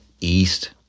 east